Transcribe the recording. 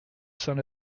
saint